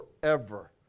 forever